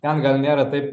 ten gal nėra taip